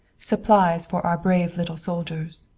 supplies for our brave little soldiers.